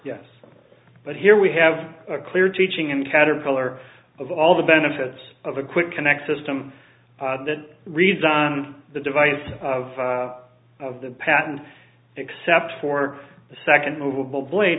yes but here we have a clear teaching in caterpillar of all the benefits of a quick connect system that reads on the device of the patent except for the second movable blade